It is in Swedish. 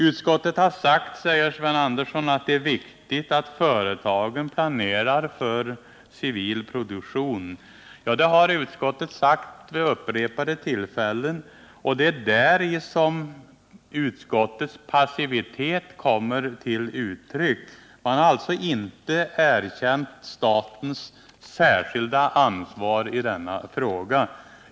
Utskottet har sagt, säger Sven Andersson, att det är viktigt att företagen planerar för civil produktion. Ja, det har utskottet anfört vid upprepade tillfällen, och det är däri som utskottets passivitet kommer till uttryck. Man haraalltså inte erkänt statens särskilda ansvar i denna fråga.